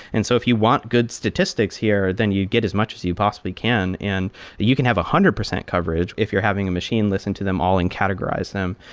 and so if you want good statistics here, then you get as much as you possibly can and you can have one hundred percent coverage if you're having a machine listen to them all and categorize them.